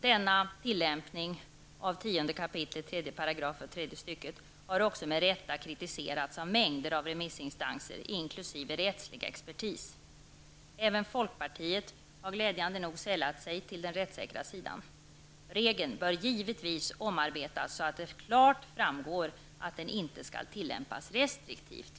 Denna tillämpning av lagrummet har också med rätta kritiserats av mängder av remissinstanser inkl. rättslig expertis. Även folkpartiet har glädjande nog sällat sig till den rättssäkra sidan. Regeln bör givetvis omarbetas så att det klart framgår att den inte skall tillämpas restriktivt.